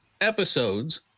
episodes